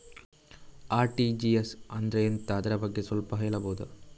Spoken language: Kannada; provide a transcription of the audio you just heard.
ಆರ್.ಟಿ.ಜಿ.ಎಸ್ ಅಂದ್ರೆ ಎಂತ ಅದರ ಬಗ್ಗೆ ಸ್ವಲ್ಪ ಹೇಳಬಹುದ?